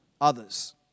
others